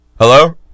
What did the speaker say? Hello